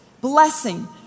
blessing